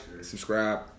subscribe